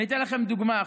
אני אתן לכם דוגמה.